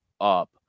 up